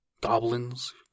goblins